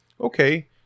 okay